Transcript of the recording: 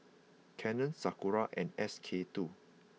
Canon Sakura and S K two